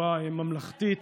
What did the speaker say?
בצורה ממלכתית,